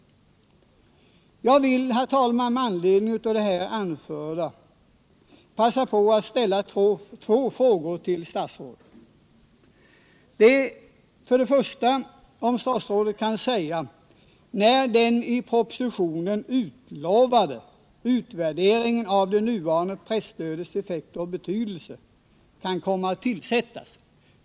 Jag vill, herr talman, med anledning av det här anförda passa på att ställa två frågor till statsrådet. Den första frågan gäller om statsrådet kan säga när den i propositionen utlovade utvärderingen av det nuvarande presstödets effekter och betydelse kan komma att göras.